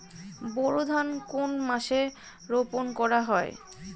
বোরো ধান কোন মাসে রোপণ করা হয়?